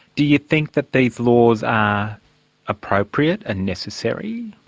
do you think that these laws are appropriate and necessary?